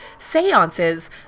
seances